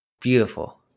beautiful